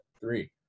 three